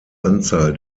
anzahl